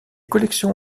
collections